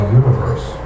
universe